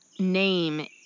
name